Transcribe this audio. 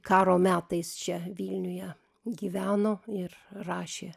karo metais čia vilniuje gyveno ir rašė